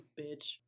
bitch